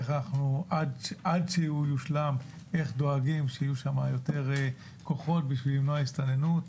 עד שהוא יושלם איך דואגים שיהיו שם יותר כוחות בשביל למנוע הסתננות,